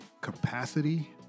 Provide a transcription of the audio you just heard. capacity